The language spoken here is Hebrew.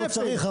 לא צריך,